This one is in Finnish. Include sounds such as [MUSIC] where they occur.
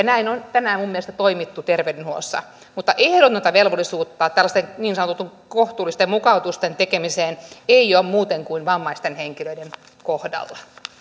[UNINTELLIGIBLE] näin on tänä päivänä minun mielestäni toimittu terveydenhuollossa mutta ehdotonta velvollisuutta tällaisten niin sanottujen kohtuullisten mukautusten tekemiseen ei ole muuten kuin vammaisten henkilöiden kohdalla